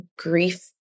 grief